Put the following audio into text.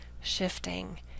shifting